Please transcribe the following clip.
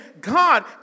God